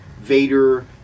Vader